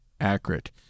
accurate